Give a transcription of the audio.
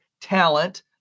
Talent